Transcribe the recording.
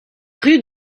rue